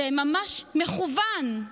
זה ממש מכוון,